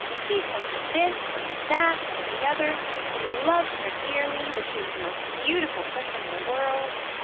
he told her this, and that, and the other that he loved her dearly that she was the most beautiful person in the world.